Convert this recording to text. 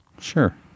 Sure